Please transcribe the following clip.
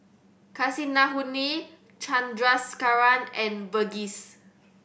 Kasinadhuni Chandrasekaran and Verghese